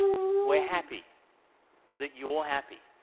we're happy that you're happy,